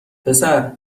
پسر